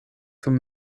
zum